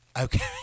Okay